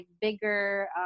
bigger